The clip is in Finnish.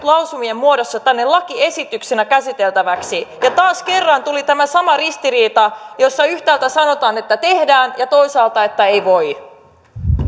lausumien muodossa tänne lakiesityksenä käsiteltäväksi ja taas kerran tuli tämä sama ristiriita että yhtäältä sanotaan että tehdään ja toisaalta että ei voi